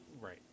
Right